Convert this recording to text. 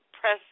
press